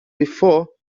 before